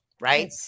right